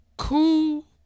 cool